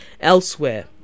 elsewhere